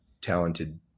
talented